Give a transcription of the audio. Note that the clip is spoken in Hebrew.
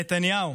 נתניהו